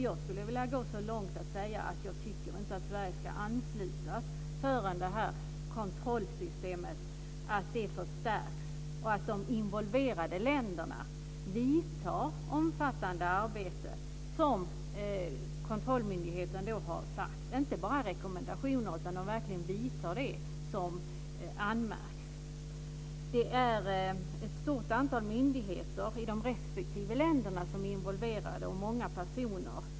Jag skulle vilja gå så långt att jag säger att jag inte tycker att Sverige ska anslutas förrän kontrollsystemet förstärks och de involverade länderna vidtar de omfattande åtgärder som kontrollmyndigheten har pekat på. Det ska inte bara vara rekommendationer, utan det som fått anmärkning ska verkligen åtgärdas. Det är ett stort antal myndigheter i respektive länder som är involverade och många personer.